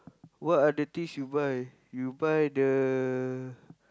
what are the things you buy you buy the